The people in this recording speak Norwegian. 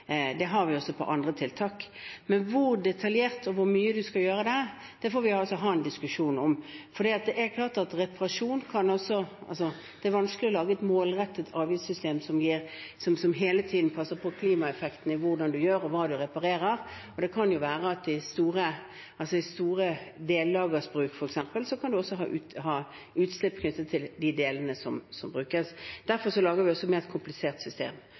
Det har vi også på andre tiltak. Men hvor detaljert, og hvor mye man skal gjøre det, får vi ha en diskusjon om. Det er vanskelig å lage et målrettet avgiftssystem der man hele tiden passer på klimaeffekten av det man gjør, og hva man reparerer. I store delelager, f.eks., kan man også ha utslipp fra de delene som brukes. Derfor lager vi et mer komplisert system. Det er grunnlag for å tenke at momssystemet vårt skal være enkelt, håndterbart, uten tilpasninger. Det er også